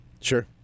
Sure